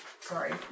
Sorry